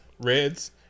reds